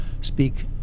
speak